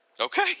Okay